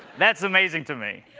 that's amazing to me.